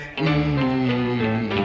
mmm